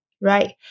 right